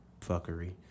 fuckery